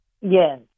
Yes